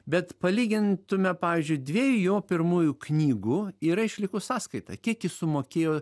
bet palygintume pavyzdžiui dviejų jo pirmųjų knygų yra išlikus sąskaita kiek jis sumokėjo